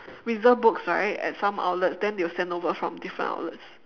reserve books right at some outlets then they'll send over from different outlets